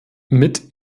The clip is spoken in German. mit